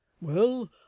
Well